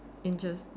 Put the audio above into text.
interest